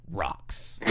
rocks